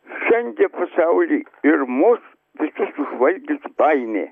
šiandie pasaulį ir mus visus užvaldys baimė